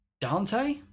Dante